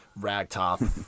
ragtop